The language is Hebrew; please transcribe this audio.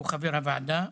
שהוא חבר הוועדה,